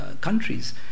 countries